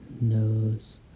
nose